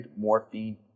morphine